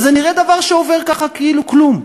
וזה נראה דבר שעובר ככה כאילו כלום.